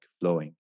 flowing